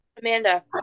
Amanda